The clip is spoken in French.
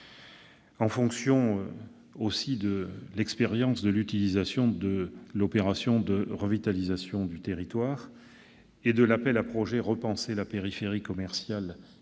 les retours d'expérience de l'utilisation de l'opération de revitalisation de territoire et de l'appel à projets « Repenser la périphérie commerciale